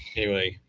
anyway.